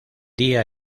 día